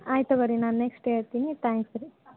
ಆಯ್ತು ತಗೊ ರೀ ನಾನು ನೆಕ್ಶ್ಟ್ ಹೇಳ್ತಿನಿ ತ್ಯಾಂಕ್ಸ್ ರೀ